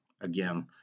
again